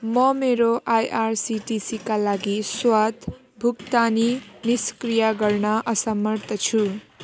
म मेरो आइआरसिटिसीका लागि स्वत भुक्तानी निष्क्रिय गर्न असमर्थ छु